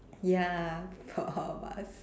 ya for both of us